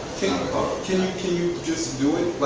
can you can you just do it,